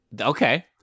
Okay